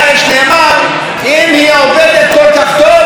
אם היא עובדת כל כך טוב, אין מה לתקן.